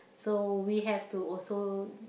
so we have to also